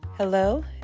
Hello